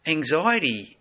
Anxiety